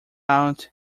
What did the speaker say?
out